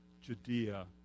Judea